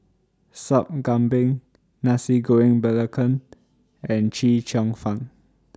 Sup Kambing Nasi Goreng Belacan and Chee Cheong Fun